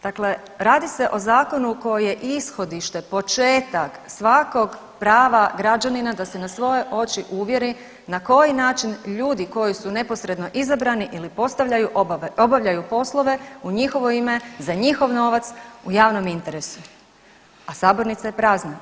Dakle, radi se o zakonu koji je ishodište, početak svakog prava građanina da se na svoje oči uvjeri na koji način ljudi koji su neposredno izabrani ili postavljaju, obavljaju poslove u njihovo ime, za njihov novac u javnom interesu, a sabornica je prazna.